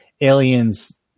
aliens